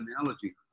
analogy